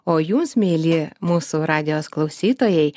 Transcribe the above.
o jūs mieli mūsų radijo klausytojai